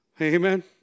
Amen